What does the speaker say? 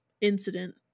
incident